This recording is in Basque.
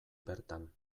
bertan